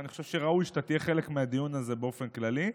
ואני חושב שראוי שתהיה חלק מהדיון הזה באופן כללי.